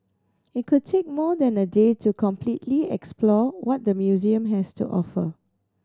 it could take more than a day to completely explore what the museum has to offer